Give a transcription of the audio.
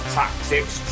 tactics